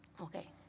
Okay